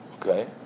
Okay